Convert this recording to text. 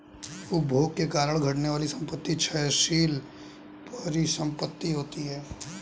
उपभोग के कारण घटने वाली संपत्ति क्षयशील परिसंपत्ति होती हैं